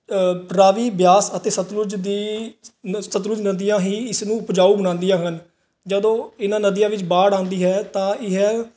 ਰਾਵੀ ਬਿਆਸ ਅਤੇ ਸਤਲੁਜ ਦੀ ਨ ਸਤਲੁਜ ਨਦੀਆਂ ਹੀ ਇਸ ਨੂੰ ਉਪਜਾਊ ਬਣਾਉਂਦੀਆਂ ਹਨ ਜਦੋਂ ਇਹਨਾਂ ਨਦੀਆਂ ਵਿੱਚ ਬਾੜ ਆਉਂਦੀ ਹੈ ਤਾਂ ਇਹ